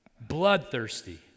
Bloodthirsty